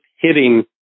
hitting